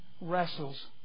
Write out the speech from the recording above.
wrestles